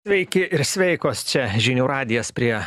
sveiki ir sveikos čia žinių radijas prie